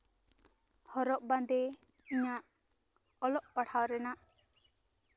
ᱦᱚᱨᱚᱜ ᱵᱟᱸᱫᱮ ᱤᱧᱟ ᱜ ᱚᱞᱚᱜ ᱯᱟᱲᱦᱟᱣ ᱨᱮᱱᱟᱜ